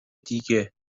دیگه